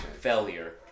Failure